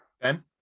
Ben